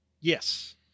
Yes